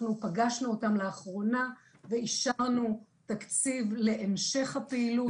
אנחנו פגשנו את אותם לאחרונה ואישרנו תקציב להמשך הפעילות.